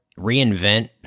reinvent